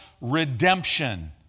redemption